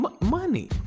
money